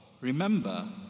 remember